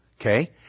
okay